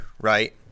right